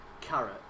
carrot